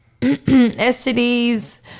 STDs